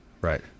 right